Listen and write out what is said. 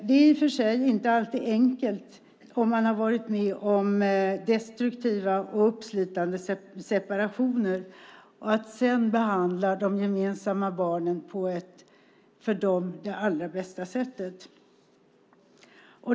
Det är i och för sig inte alltid enkelt om man har varit med om destruktiva och uppslitande separationer att sedan behandla de gemensamma barnen på det för dem allra bästa sättet.